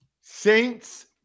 Saints